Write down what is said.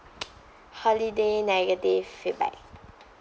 holiday negative feedback